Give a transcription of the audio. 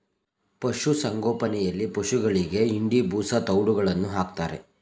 ಪಶುಸಂಗೋಪನೆಯಲ್ಲಿ ಪಶುಗಳಿಗೆ ಹಿಂಡಿ, ಬೂಸಾ, ತವ್ಡುಗಳನ್ನು ಹಾಕ್ತಾರೆ